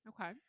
Okay